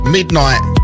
midnight